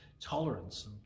tolerance